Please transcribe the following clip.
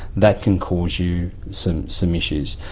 that can cause you some some issues.